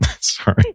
Sorry